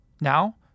Now